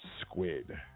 Squid